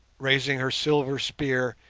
raising her silver spear,